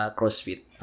crossfit